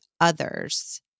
others